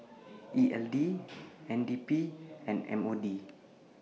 E L D N D P and M O D